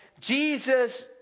Jesus